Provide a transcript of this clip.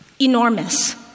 enormous